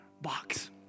box